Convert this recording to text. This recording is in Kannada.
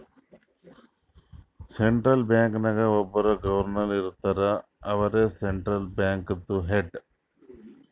ಸೆಂಟ್ರಲ್ ಬ್ಯಾಂಕ್ ನಾಗ್ ಒಬ್ಬುರ್ ಗೌರ್ನರ್ ಇರ್ತಾರ ಅವ್ರೇ ಸೆಂಟ್ರಲ್ ಬ್ಯಾಂಕ್ದು ಹೆಡ್